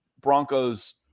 broncos